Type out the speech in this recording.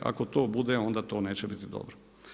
Ako to bude onda to neće biti dobro.